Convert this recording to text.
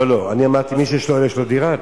לא לא, אני אמרתי מי שיש לו, יש לו דירה?